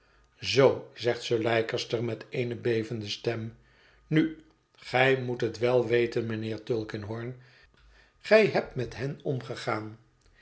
zoo zegt sir leicester met eene bevende stem nu gij moet het wel weten mijnheer tulkinghorn gij hebt met hen omgegaan